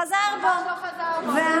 חזר בו, מעולם לא חזר בו.